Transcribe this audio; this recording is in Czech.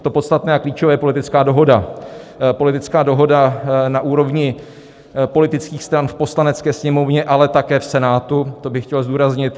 To podstatné a klíčové je politická dohoda, politická dohoda na úrovni politických stran v Poslanecké sněmovně, ale také v Senátu to bych chtěl zdůraznit.